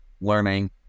learning